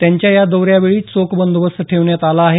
त्यांच्या या दौऱ्यावेळी चोख बंदोबस्त ठेवण्यात आला आहे